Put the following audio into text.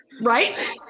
right